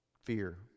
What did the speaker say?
fear